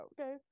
okay